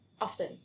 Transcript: Often